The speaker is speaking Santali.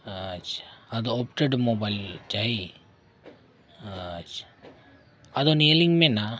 ᱟᱪᱪᱷᱟ ᱟᱫᱚ ᱪᱟᱦᱤᱭᱮ ᱟᱪᱪᱷᱟ ᱟᱫᱚ ᱱᱤᱭᱟᱹᱤᱧ ᱢᱮᱱᱟ